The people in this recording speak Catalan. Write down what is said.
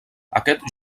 aquest